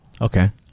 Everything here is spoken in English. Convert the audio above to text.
okay